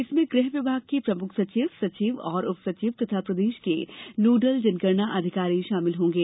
इसमें गृह विभाग के प्रमुख सचिव सचिव और उपसचिव तथा प्रदेश के नोडल जनगणना अधिकारी शामिल होंगे